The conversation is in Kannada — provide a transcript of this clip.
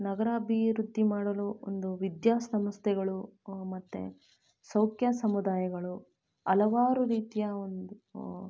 ನಗರಾಭಿವೃದ್ಧಿ ಮಾಡಲು ಒಂದು ವಿದ್ಯಾ ಸಂಸ್ಥೆಗಳು ಮತ್ತು ಸೌಖ್ಯ ಸಮುದಾಯಗಳು ಹಲವಾರು ರೀತಿಯ ಒಂದು